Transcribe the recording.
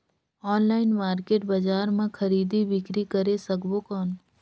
Online market बजार मां खरीदी बीकरी करे सकबो कौन?